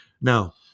Now